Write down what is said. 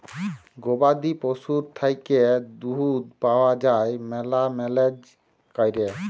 গবাদি পশুর থ্যাইকে দুহুদ পাউয়া যায় ম্যালা ম্যালেজ ক্যইরে